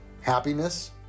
happiness